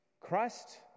Christ